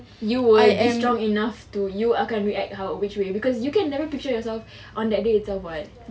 you will be strong enough you akan react out which way because you can never picture yourself on that day itself [what]